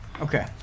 Okay